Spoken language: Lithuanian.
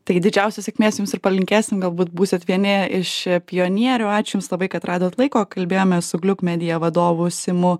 taigi didžiausios sėkmės jums ir palinkėsim galbūt būsit vieni iš pionierių ačiū jums labai kad radot laiko kalbėjomės su gliuk media vadovu simu